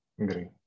Agree